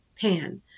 Pan